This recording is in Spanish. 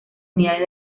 unidades